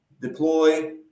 deploy